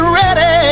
ready